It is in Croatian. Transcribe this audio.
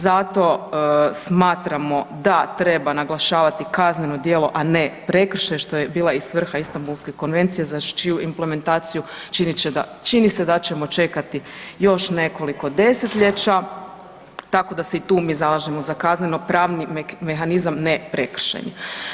Zato smatramo da treba naglašavati kazneno djelo, a ne prekršaj što je bila i svrha Istanbulske konvencije za čiju implementaciju čini se da ćemo čekati još nekoliko desetljeća, tako da se i tu mi zalažemo za kazneno-pravni mehanizam ne prekršajni.